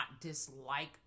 dislike